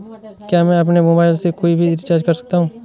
क्या मैं अपने मोबाइल से कोई भी रिचार्ज कर सकता हूँ?